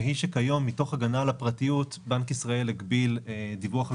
והיא שכיום מתוך הגנה על הפרטיות בנק ישראל הגביל דיווח על